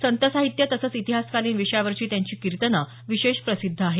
संतसाहित्य तसंच इतिहासकालीन विषयावरची त्यांची कीर्तनं विशेष प्रसिद्ध आहेत